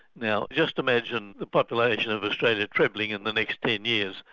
now just imagine the population of australia trebling in the next ten years.